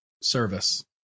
service